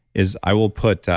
is i will put